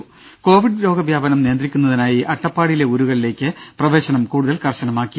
ദേദ കോവിഡ് രോഗവ്യാപനം നിയന്ത്രിക്കുന്നതിനായി അട്ടപ്പാടിയിലെ ഊരുകളിലേക്ക് പ്രവേശനം കൂടുതൽ കർശനമാക്കി